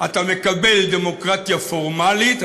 אתה מקבל דמוקרטיה פורמלית,